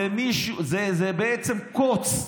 זה בעצם קוץ.